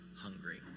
hungry